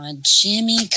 Jimmy